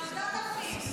ועדת הפנים.